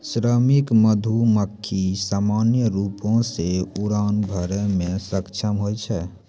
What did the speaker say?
श्रमिक मधुमक्खी सामान्य रूपो सें उड़ान भरै म सक्षम होय छै